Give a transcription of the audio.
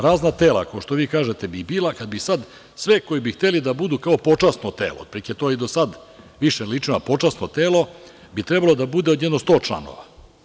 Razna tela, kao što vi kažete, bi bila kad bi sad sve koji bi hteli da budu kao počasno telo, otprilike je to i do sad više ličilo na počasno telo, bi trebalo da bude od jedno 100 članova.